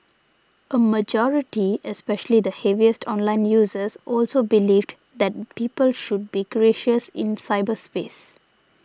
a majority especially the heaviest online users also believed that people should be gracious in cyberspace